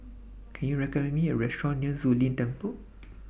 Can YOU recommend Me A Restaurant near Zu Lin Temple